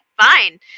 fine